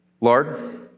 Lord